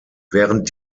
während